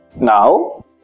Now